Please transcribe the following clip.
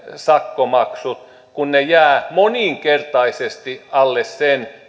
sakkomaksut jäävät moninkertaisesti alle sen